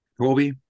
Colby